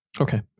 Okay